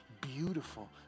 beautiful